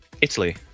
Italy